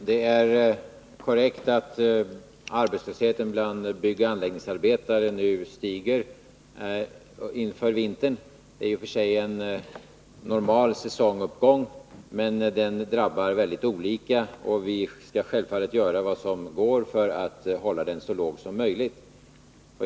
Herr talman! Det är riktigt att arbetslösheten bland byggoch anläggningsarbetare nu stiger inför vintern. Det är i och för sig en normal säsonguppgång, men den drabbar väldigt olika. Och vi skall självfallet göra vad vi kan för att den skall bli så låg som möjligt.